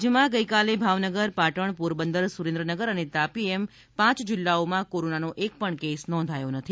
રાજ્યના ગઇકાલે ભાવનગર પાટણ પોરબંદર સુરેન્દ્રનગર અને તાપી એમ પાંચ જિલ્લાઓ કોરોનાનો એકપણ કેસ નોંધાયેલ નથી